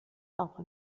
auch